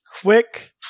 quick